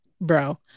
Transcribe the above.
Bro